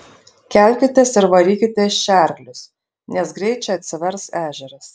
kelkitės ir varykite iš čia arklius nes greit čia atsivers ežeras